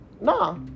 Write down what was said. Nah